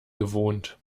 gewohnt